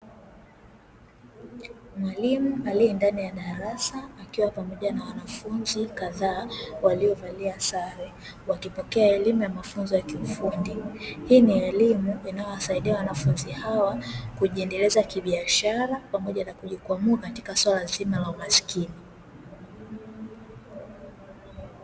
Mwalimu alie ndani ya darasa akiwa pamoja na wanafunzi kadhaa walio valia sare, wakipokea elimu na mafunzo ya ufundi, hii ni elimu inayowasaidia wanafunzi hawa kujiendeleza kibiashara pamoja na kujikwamua katika swala zima la umaskini.